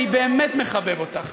אני באמת מחבב אותך.